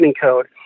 code